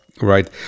right